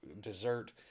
dessert